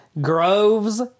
Grove's